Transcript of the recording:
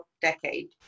decade